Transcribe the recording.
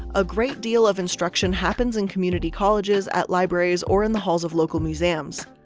a great deal of instruction happens in community colleges, at libraries, or in the halls of local museums.